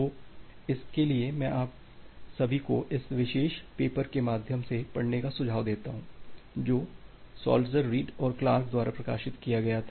तो इसके लिए मैं आप सभी को इसे इस विशेष पेपर के माध्यम से पढ़ने का सुझाव देता हूं जो साल्टजर रीड और क्लार्क द्वारा प्रकाशित किया गया था